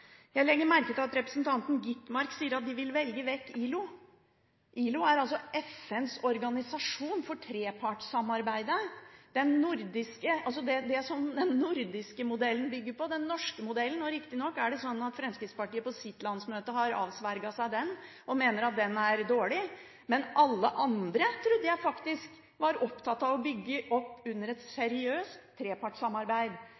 Jeg legger merke til at representanten Skovholt Gitmark sier at de vil velge vekk ILO. ILO er FNs organisasjon for trepartssamarbeid, som den nordiske modellen og den norske modellen bygger på. Riktignok har Fremskrittspartiet på sitt landsmøte avsverget den og mener at den er dårlig. Jeg trodde faktisk at alle andre var opptatt av å bygge opp under et